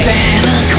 Santa